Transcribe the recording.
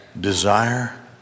Desire